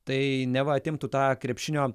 tai neva atimtų tą krepšinio